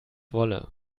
wolle